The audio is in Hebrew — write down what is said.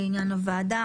לוועדה.